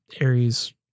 Aries